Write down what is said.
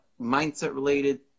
mindset-related